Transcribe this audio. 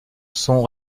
sont